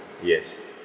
yes